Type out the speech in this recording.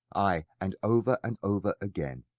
ay, and over and over again.